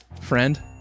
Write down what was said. Friend